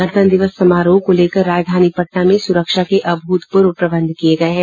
गणतंत्र दिवस समारोह को लेकर राजधानी पटना में सुरक्षा के अभूतपूर्व प्रबंध किये गये हैं